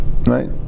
right